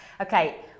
Okay